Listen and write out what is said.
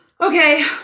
Okay